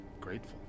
grateful